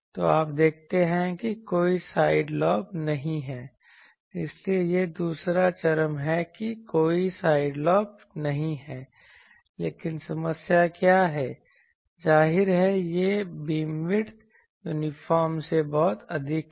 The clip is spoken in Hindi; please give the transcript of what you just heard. तो आप देखते हैं कि कोई साइड लॉब नहीं हैं इसलिए यह दूसरा चरम है कि कोई साइड लॉब नहीं हैं लेकिन समस्या क्या है जाहिर है यह बीमविड्थ यूनिफॉर्म से बहुत अधिक है